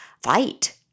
fight